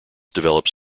developed